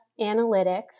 analytics